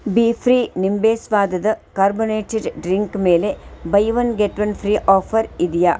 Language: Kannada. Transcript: ಬೀಫ್ರೀ ನಿಂಬೆ ಸ್ವಾದದ ಕಾರ್ಬನೇಟೆಡ್ ಡ್ರಿಂಕ್ ಮೇಲೆ buy one get one free offer ಇದೆಯಾ